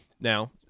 Now